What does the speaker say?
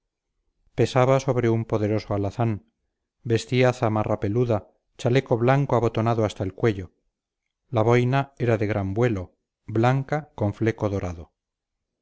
pesaba sobre un poderoso alazán vestía zamarra peluda chaleco blanco abotonado hasta el cuello la boina era de gran vuelo blanca con fleco dorado